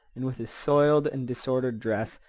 and with his soiled and disordered dress,